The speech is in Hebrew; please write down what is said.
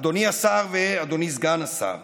אדוני השר ואדוני סגן השר,